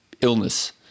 illness